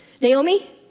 Naomi